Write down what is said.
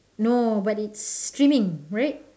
no but it's streaming right